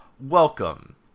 welcome